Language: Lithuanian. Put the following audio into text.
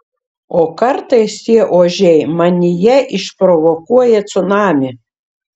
o kartais tie ožiai manyje išprovokuoja cunamį